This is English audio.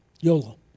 YOLO